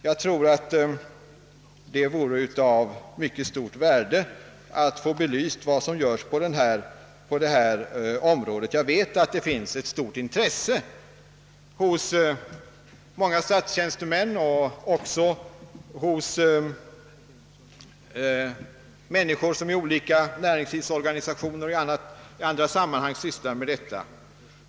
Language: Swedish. Jag tror att det vore av mycket stort värde att få belyst vad som görs på detta område. Jag vet att det finns ett stort intresse hos många statstjänstemän och också hos personer som i olika näringslivsorganisationer och i andra sammanhang sysslar med detta.